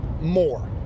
more